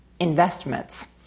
investments